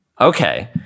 Okay